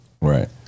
Right